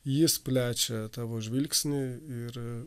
jis plečia tavo žvilgsnį ir